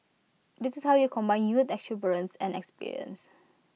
this is how you combine youth exuberance and experience